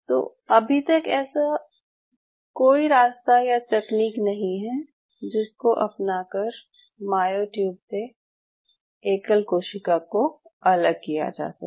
तो अभी तक ऐसा कोई रास्ता या तकनीक नहीं है जिसको अपनाकर मायोट्यूब से एकल कोशिका को अलग किया जा सके